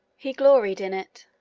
he gloried in it